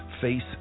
Face